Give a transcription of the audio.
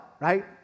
right